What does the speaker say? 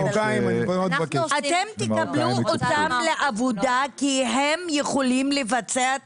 אתם תקבלו אותם לעבודה כי הם יכולים לבצע את